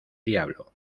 diablo